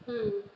hmm